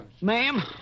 ma'am